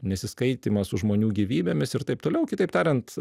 nesiskaitymą su žmonių gyvybėmis ir taip toliau kitaip tariant